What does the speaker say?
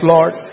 Lord